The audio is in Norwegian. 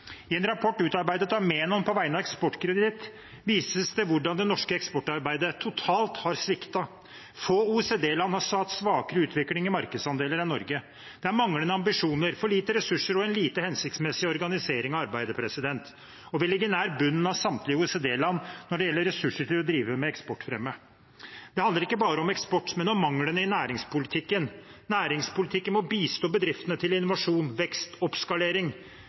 I en rapport utarbeidet av Menon på vegne av Eksportkreditt vises det hvordan det norske eksportarbeidet totalt har sviktet. Få OECD-land har hatt svakere utvikling i markedsandeler enn Norge. Det er manglende ambisjoner, for lite ressurser og en lite hensiktsmessig organisering av arbeidet, og vi ligger nær bunnen av samtlige OECD-land når det gjelder ressurser til å drive med eksportfremme. Det handler ikke bare om eksport, men om manglene i næringspolitikken. Næringspolitikken må bistå bedriftene til innovasjon, vekst, oppskalering,